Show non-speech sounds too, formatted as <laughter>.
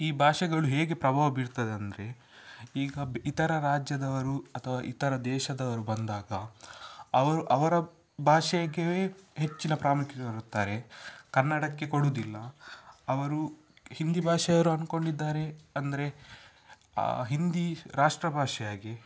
ಈ ಭಾಷೆಗಳು ಹೇಗೆ ಪ್ರಭಾವ ಬೀರ್ತದೆ ಅಂದರೆ ಈಗ ಬ್ ಇತರ ರಾಜ್ಯದವರು ಅಥವಾ ಇತರ ದೇಶದವ್ರು ಬಂದಾಗ ಅವರು ಅವರ ಭಾಷೆಗೇ ಹೆಚ್ಚಿನ ಪ್ರಾಮುಖ್ಯ <unintelligible> ಕನ್ನಡಕ್ಕೆ ಕೊಡುವುದಿಲ್ಲ ಅವರು ಹಿಂದಿ ಭಾಷೆಯವರು ಅಂದ್ಕೊಂಡಿದ್ದಾರೆ ಅಂದರೆ ಹಿಂದಿ ರಾಷ್ಟ್ರಭಾಷೆಯಾಗಿ